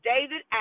David